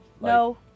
No